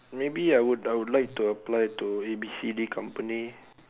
maybe I would I would like to apply to A B C D company